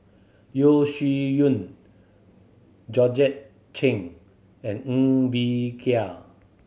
Yeo Shih Yun Georgette Chen and Ng Bee Kia